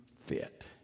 fit